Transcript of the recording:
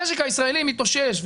המשק הישראלי מתאושש.